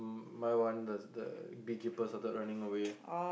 my one does the bee keeper started running away